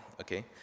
okay